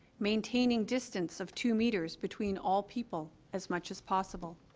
maintaining distance of two metres between all people as much as possible